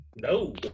No